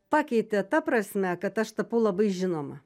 pakeitė ta prasme kad aš tapau labai žinoma